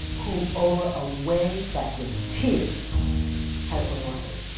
who over a way that with tears has been watered.